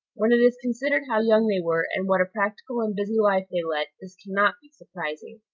when it is considered how young they were, and what a practical and busy life they led, this can not be surprising.